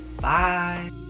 Bye